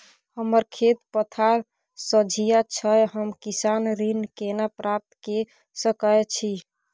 हमर खेत पथार सझिया छै हम किसान ऋण केना प्राप्त के सकै छी?